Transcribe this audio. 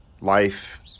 life